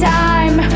time